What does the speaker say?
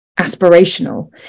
aspirational